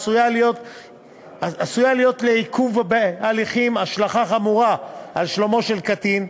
עשויה להיות לעיכוב בהליכים השלכה חמורה על שלומו של קטין,